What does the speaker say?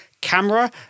camera